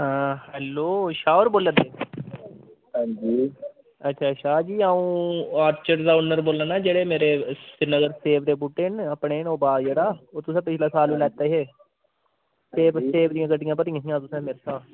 अ hello Shah होर बोले दे हां जी अच्छा शाह् जी अ'ऊं आर्चर दा ओनर बोलै ना जेह्ड़े मेरे श्रीनगर सेब दे बूह्टे न अपने न ओह् बाग जेह्ड़ा ओह् तुसें पिछले साल लैते हे सेब सेब दियां गड्डियां भरियां हियां अदूं तुसें मेरे शा